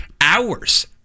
hours